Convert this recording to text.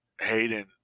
Hayden